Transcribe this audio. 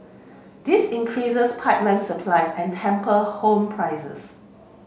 this increases pipeline supply and taper home prices